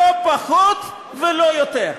לא פחות ולא יותר.